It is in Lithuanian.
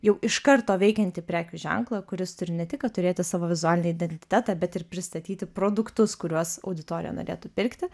jau iš karto veikiantį prekių ženklą kuris turi ne tik kad turėti savo vizualinį identitetą bet ir pristatyti produktus kuriuos auditorija norėtų pirkti